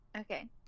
Okay